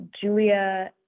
Julia